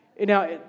Now